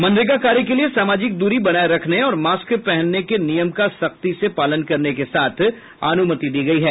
मनरेगा कार्य के लिए सामाजिक दूरी बनाये रखने और मास्क पहनने के नियम का सख्ती से पालन करने के साथ अनुमति दी गई है